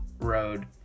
road